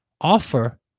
offer